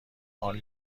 فعال